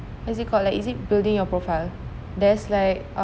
is it collect is it building your profile there's like